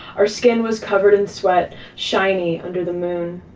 our skin was covered in sweat, shiny under the moon.